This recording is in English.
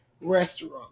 restaurant